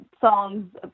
songs